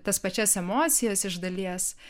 tas pačias emocijas iš dalies